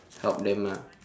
help them lah